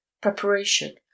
preparation